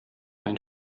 ein